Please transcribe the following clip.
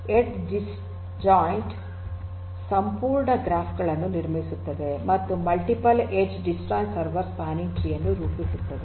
edge disjoint ಸಂಪೂರ್ಣ graph ಗಳನ್ನು ನಿರ್ಮಿಸುತ್ತದೆ ಮತ್ತು multiple edge disjoint server spanning tree ಅನ್ನು ರೂಪಿಸುತ್ತದೆ